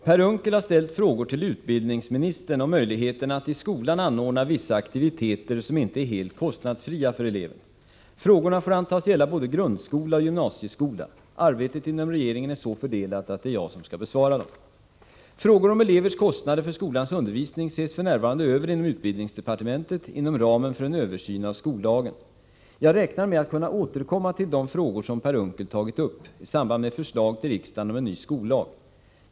Herr talman! Per Unckel har ställt frågor till utbildningsministern om möjligheterna att i skolan anordna vissa aktiviteter som inte är helt kostnadsfria för eleverna. Frågorna får antas gälla både grundskolan och gymnasieskolan. Arbetet inom regeringen är så fördelat att det är jag som skall besvara dem. Frågor om elevers kostnader för skolans undervisning ses f. n. över inom utbildningsdepartementet inom ramen för en översyn av skollagen. Jag räknar med att kunna återkomma till de frågor som Per Unckel tagit upp i samband med förslag till riksdagen om en ny skollag.